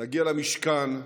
נגיע למשכן,